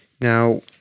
now